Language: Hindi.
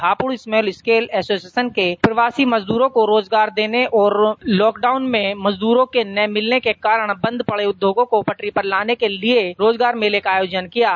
हापुड़ स्मॉल स्केल एसोसिएशन ने प्रवासी मजदूरों को रोजगार देने और लॉक डॉउन मे मजदूरों के न मिलने के कारण बंद पड़े उद्योगो को पटरी पर लाने के लिए रोजगार मेले का आयोजन किया गया